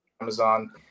Amazon